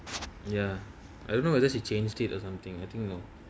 ya I don't know whether she changed it or something I think you know